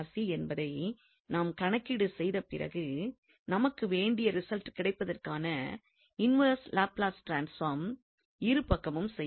என்பதை நாம் கணக்கீடு செய்த பிறகு நமக்கு வேண்டிய ரிசல்ட் கிடைப்பதற்கான இன்வெர்ஸ் லாப்லஸை இருப்பக்கமும் செய்ய வேண்டும்